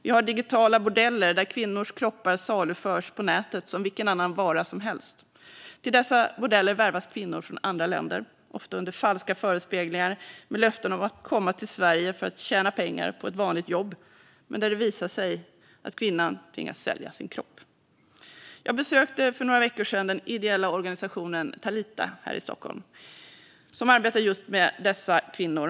Det finns digitala bordeller, där kvinnors kroppar saluförs på nätet som vilken annan vara som helst. Till dessa bordeller värvas kvinnor från andra länder, ofta under falska förespeglingar, med löften om att komma till Sverige för att tjäna pengar på ett vanligt jobb, men där det visar sig att kvinnan tvingas sälja sin kropp. Jag besökte för några veckor sedan den ideella organisationen Talita här i Stockholm, som arbetar just med dessa kvinnor.